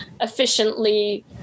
efficiently